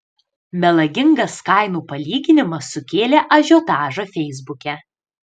melagingas kainų palyginimas sukėlė ažiotažą feisbuke